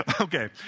Okay